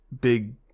big